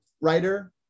writer